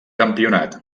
campionat